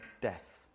death